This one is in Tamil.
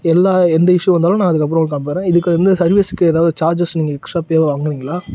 எல்லா எந்த இஷ்யூவா இருந்தாலும் நான் அதுக்கப்பறம் நம்புறேன் இதுக்கு வந்து சர்வீஸுக்கு ஏதாவது சார்ஜெஸ் நீங்கள் எக்ஸ்டா பே வாங்குவீங்களா